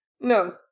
no